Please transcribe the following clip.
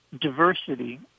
diversity